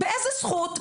באיזו זכות?